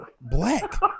black